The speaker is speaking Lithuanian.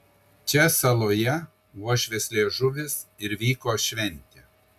čia saloje uošvės liežuvis ir vyko šventė